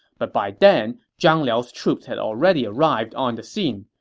but by then, zhang liao's troops had already arrived on the scene.